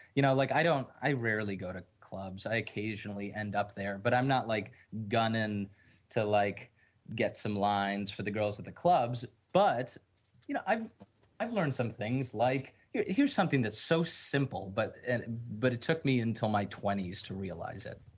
you know, like i don't, i rarely go to clubs, i occasionally end up there, but i'm not like gun in to like get some lines for the girls of the clubs, but you know i've i've learned some things like, here is something that's so simple, but but it took me until my twenty s to realize it